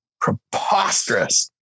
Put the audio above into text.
Preposterous